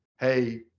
hey